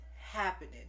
happening